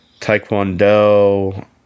Taekwondo